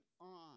on